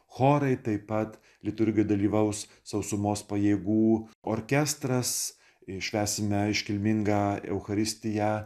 chorai taip pat liturgijoje dalyvaus sausumos pajėgų orkestras ir švęsime iškilmingą eucharistiją